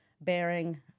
bearing